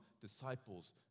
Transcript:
disciples